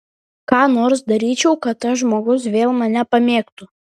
ką nors daryčiau kad tas žmogus vėl mane pamėgtų